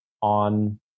on